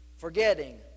forgetting